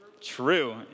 true